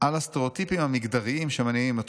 על הסטריאוטיפים המגדריים שמניעים אותנו,